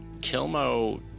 Kilmo